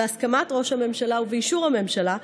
בהסכמת ראש הממשלה ובאישור הממשלה,